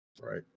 Right